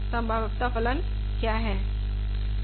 संभाव्यता फलन क्या है